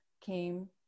came